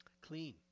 clean